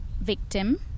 victim